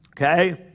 Okay